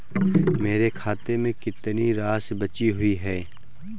मेरे खाते में कितनी राशि बची हुई है?